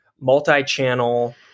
multi-channel